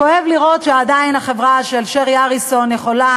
כואב לראות שעדיין לחברה של שרי אריסון יכול להיות